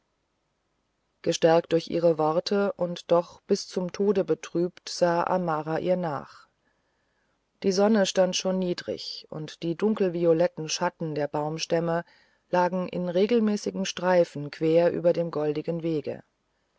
gestärkt durch ihre worte und doch bis zum tode betrübt sah amara ihr nach die sonne stand schon niedrig und die dunkelvioletten schatten der baumstämme lagen in regelmäßigen streifen quer über dem goldigen wege